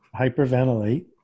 hyperventilate